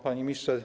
Panie Ministrze!